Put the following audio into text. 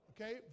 Okay